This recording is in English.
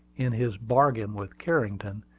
in his bargain with carrington,